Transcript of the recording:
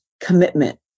commitment